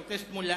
חבר הכנסת מולה,